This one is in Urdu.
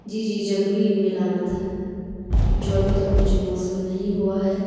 جی جی ضروری ای میل آنا تھا جو ابھی تک مجھے موصول نہیں ہوا ہے